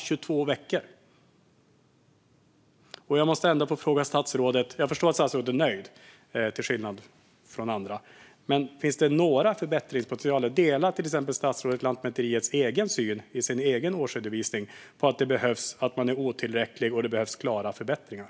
Jag förstår att statsrådet är nöjd, till skillnad från andra, men jag måste ändå fråga om hon ser någon förbättringspotential. Delar statsrådet till exempel Lantmäteriets egen syn i sin egen årsredovisning att det är otillräckligt och att det behövs förbättringar?